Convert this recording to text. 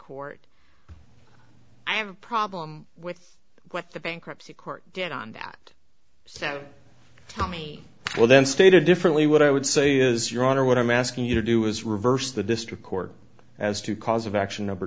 court i have a problem with what the bankruptcy court did on that so tell me well then stated differently what i would say is your honor what i'm asking you to do is reverse the district court as to cause of action number